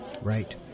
right